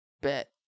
Bet